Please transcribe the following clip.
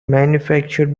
manufactured